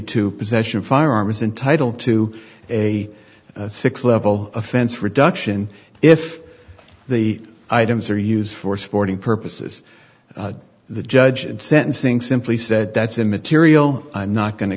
to possession of firearms in title to a six level offense reduction if the items are used for sporting purposes the judge in sentencing simply said that's immaterial i'm not going to